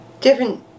different